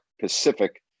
Pacific